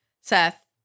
Seth